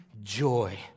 joy